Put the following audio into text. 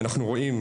אנחנו רואים,